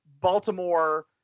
Baltimore